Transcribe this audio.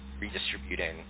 redistributing